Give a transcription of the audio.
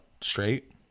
straight